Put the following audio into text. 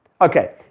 Okay